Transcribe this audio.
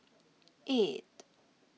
eight